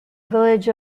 village